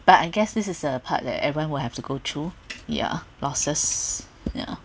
but I guess this is a part that everyone will have to go through yeah losses yeah